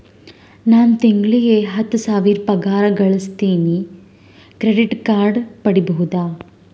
ನಾನು ತಿಂಗಳಿಗೆ ಹತ್ತು ಸಾವಿರ ಪಗಾರ ಗಳಸತಿನಿ ಕ್ರೆಡಿಟ್ ಕಾರ್ಡ್ ಪಡಿಬಹುದಾ?